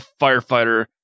firefighter